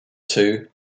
two